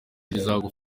ntungamubiri